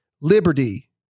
liberty